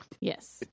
yes